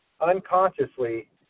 unconsciously